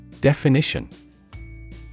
Definition